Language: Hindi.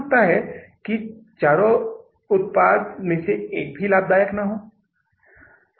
इसलिए हमें जून के महीने के लिए नकदी के समापन शेष का पता लगाना होगा